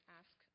ask